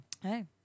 hey